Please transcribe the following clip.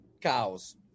cows